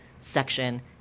section